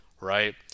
right